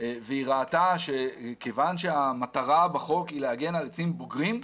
והיא ראתה שכיוון שהמטרה בחוק היא להגן על עצים בוגרים,